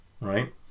right